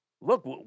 Look